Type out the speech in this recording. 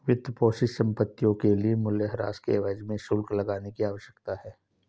वित्तपोषित संपत्तियों के लिए मूल्यह्रास के एवज में शुल्क लगाने की आवश्यकता है